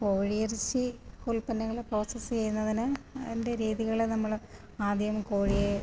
കോഴി ഇറച്ചി ഉല്പന്നങ്ങൾ പ്രോസസ്സ് ചെയ്യുന്നതിന് അതിൻ്റെ രീതികൾ നമ്മൾ ആദ്യം കോഴിയെ